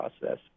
process